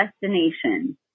destination